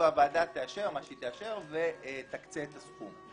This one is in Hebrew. והוועדה תאשר מה שתאשר ותקצה את הסכום.